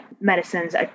medicines